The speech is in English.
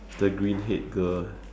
the green head girl